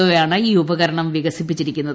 ഒയാണ് ഈ ഉപകരണം വികസിപ്പിച്ചിരിക്കുന്നത്